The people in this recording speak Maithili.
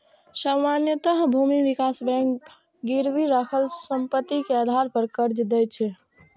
सामान्यतः भूमि विकास बैंक गिरवी राखल संपत्ति के आधार पर कर्ज दै छै